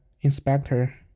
Inspector